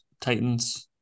Titans